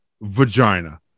vagina